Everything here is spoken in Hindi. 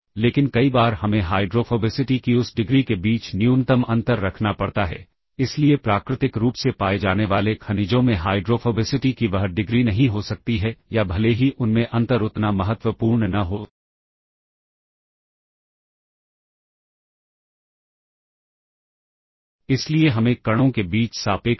स्टैक प्वाइंटर पहले डिक्रिमेंट होता है और तब इनफॉरमेशन स्टैक में जाती है और पॉपिंग के लिए स्टैक ऑपरेटर पहले कॉपी होती है और उसके बाद इंक्रीमेंट होता है जैसे की यह सारी कॉपी होती है इंक्रीमेंट स्टाइल में